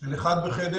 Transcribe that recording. של אחד בחדר,